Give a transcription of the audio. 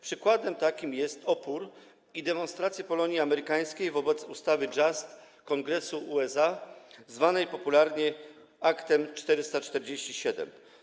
Przykładem są opór i demonstracje Polonii amerykańskiej wobec ustawy Just Kongresu USA, zwanej popularnie aktem 447.